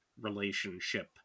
relationship